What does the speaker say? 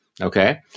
Okay